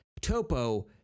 Topo